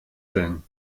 denn